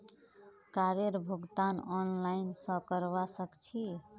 कारेर भुगतान ऑनलाइन स करवा सक छी